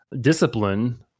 discipline